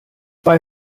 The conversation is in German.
bei